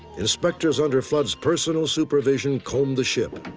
inspectors under flood's personal supervision combed the ship.